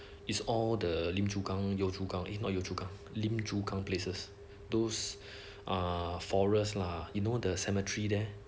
is all the lim chu kang yio chu kang eh not yio chu kang lim chu kang places those are forest lah you know the cemetery there